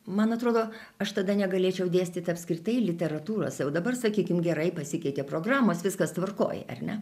man atrodo aš tada negalėčiau dėstyti apskritai literatūros jau dabar sakykim gerai pasikeitė programos viskas tvarkoj ar ne